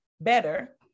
better